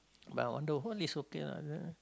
but on the whole is okay ah the